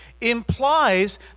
implies